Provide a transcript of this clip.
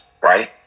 right